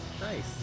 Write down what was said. Nice